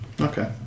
Okay